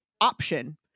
option